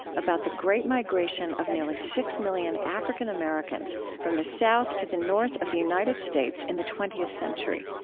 about the great migration of nearly six million african americans from the south to the north of the united states in the twentieth century.